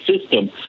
system